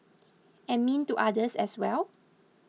and mean to others as well